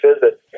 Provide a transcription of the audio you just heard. visit